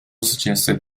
suggested